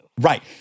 Right